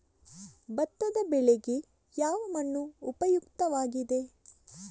ಭತ್ತದ ಬೆಳೆಗೆ ಯಾವ ಮಣ್ಣು ಉಪಯುಕ್ತವಾಗಿದೆ?